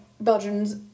Belgians